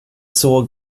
såg